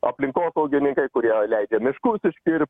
aplinkosaugininkai kurie leidžia miškus iškirst